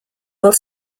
while